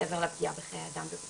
מעבר לפגיעה בחיי אדם.